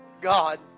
God